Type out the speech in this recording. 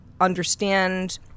understand